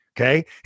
Okay